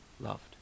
loved